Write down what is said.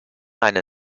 eine